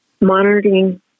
monitoring